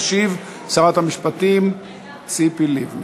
תשיב שרת המשפטים ציפי לבני.